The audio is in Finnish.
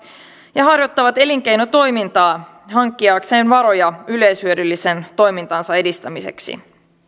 ja harjoittavat elinkeinotoimintaa hankkiakseen varoja yleishyödyllisen toimintansa edistämiseksi